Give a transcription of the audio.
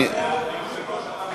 היושב-ראש,